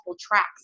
tracks